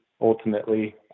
Ultimately